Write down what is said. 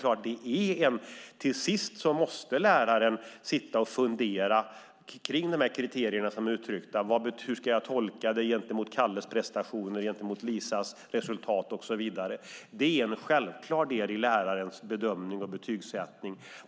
Läraren måste sitta och fundera kring de kriterier som är uttryckta beträffande hur han eller hon ska tolka dem gentemot Kalles prestationer, Lisas resultat och så vidare. Det är en självklar del i lärarens bedömning och betygssättning.